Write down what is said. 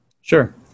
Sure